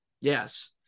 Yes